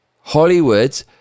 Hollywood